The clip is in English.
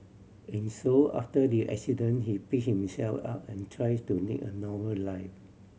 and so after the accident he pick himself up and tries to lead a normal life